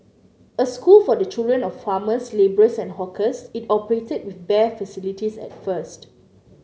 a school for the children of farmers labourers and hawkers it operated with bare facilities at first